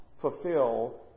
fulfill